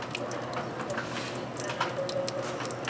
the daffodil mystery by edgar wallace